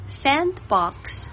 Sandbox